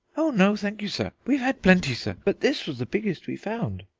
oh no, thank you, sir, we've had plenty, sir, but this was the biggest we found.